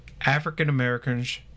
African-Americans